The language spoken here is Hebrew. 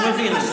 אני מבין.